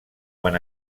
quan